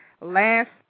last